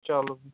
چلو